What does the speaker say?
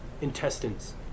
intestines